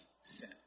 sin